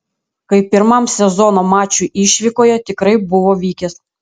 kaip pirmam sezono mačui išvykoje tikrai buvo vykęs